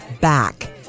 Back